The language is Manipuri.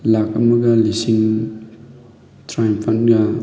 ꯂꯥꯛ ꯑꯃꯒ ꯂꯤꯁꯤꯡ ꯇꯔꯥꯅꯤꯄꯥꯟꯒ